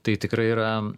tai tikrai yra